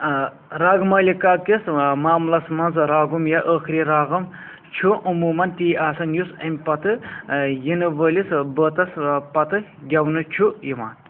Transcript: راگمالیکا کِس معاملَس منٛز راگم یا ٲخٕری راگم چھُ عموٗمَن تِی آسان یُس اَمہِ پتہٕ یِنہٕ وٲلِس بٲتَس پتہٕ گٮ۪ونہٕ چھُ یِوان